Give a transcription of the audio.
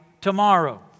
tomorrow